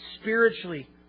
spiritually